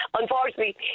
Unfortunately